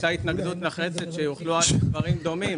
הייתה התנגדות נחרצת שיחול על דברים דומים